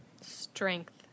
Strength